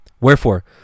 Wherefore